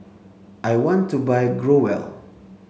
I want to buy Growell